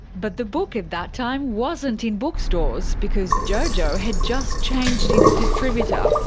but the book at that time wasn't in bookstores because jojo had just changed its distributor.